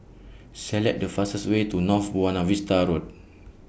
Select The fastest Way to North Buona Vista Road